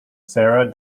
sarah